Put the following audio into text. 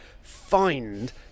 find